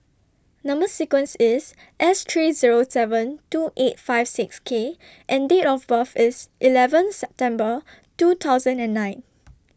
Number sequence IS S three Zero seven two eight five six K and Date of birth IS eleven September two thousand and nine